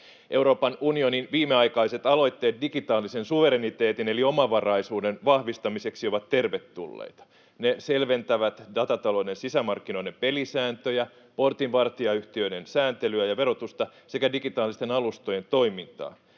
Euroopan unionin viimeaikaiset aloitteet digitaalisen suvereniteetin eli omavaraisuuden vahvistamiseksi ovat tervetulleita. Ne selventävät datatalouden sisämarkkinoiden pelisääntöjä, portinvartijayhtiöiden sääntelyä ja verotusta sekä digitaalisten alustojen toimintaa.